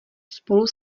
spolu